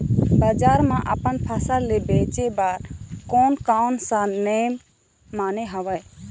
बजार मा अपन फसल ले बेचे बार कोन कौन सा नेम माने हवे?